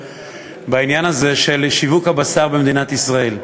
בעניין הזה של שיווק הבשר במדינת ישראל.